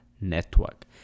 network